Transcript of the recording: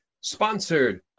sponsored